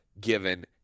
given